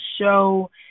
show